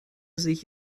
sich